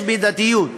יש מידתיות,